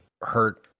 hurt